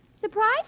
Surprise